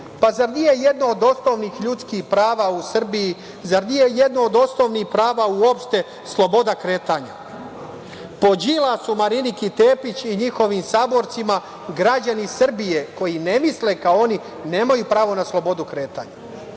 Zar nije jedno od osnovnih ljudskih prava u Srbiji, zar nije jedno od osnovnih prava uopšte sloboda kretanja? Po Đilasu, Mariniki Tepić i njihovim saborcima, građani Srbije, koji ne misle kao oni, nemaju pravo na slobodu kretanja,